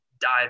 dive